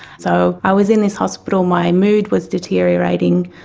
so i was in this hospital, my mood was deteriorating.